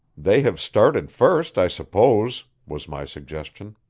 they have started first, i suppose, was my suggestion.